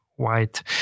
white